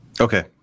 Okay